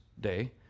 day